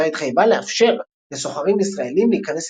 קטר התחייבה לאפשר לסוחרים ישראלים להיכנס